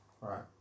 Right